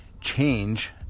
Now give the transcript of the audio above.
change